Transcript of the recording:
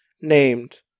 named